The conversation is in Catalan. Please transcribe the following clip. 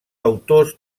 autors